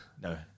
No